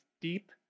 deep